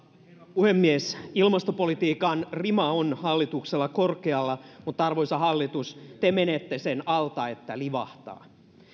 puhemies ilmastopolitiikan rima on hallituksella korkealla mutta arvoisa hallitus te menette sen alta niin että livahtaa